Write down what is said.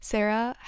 Sarah